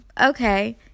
okay